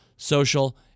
social